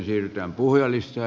herra puhemies